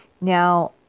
Now